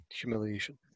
Humiliation